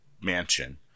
Mansion